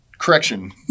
Correction